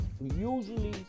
usually